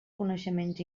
coneixements